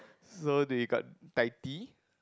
so they we got Taiti